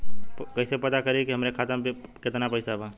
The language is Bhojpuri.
कइसे पता करि कि हमरे खाता मे कितना पैसा बा?